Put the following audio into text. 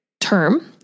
term